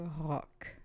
Rock